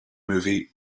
movie